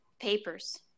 papers